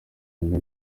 nyuma